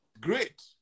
great